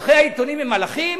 עורכי העיתונים הם מלאכים?